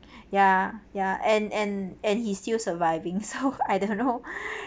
ya ya and and and he still surviving so I don't know